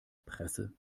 presse